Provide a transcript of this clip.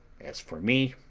as for me,